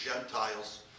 Gentiles